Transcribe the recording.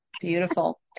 beautiful